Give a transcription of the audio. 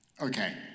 Okay